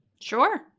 Sure